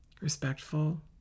Respectful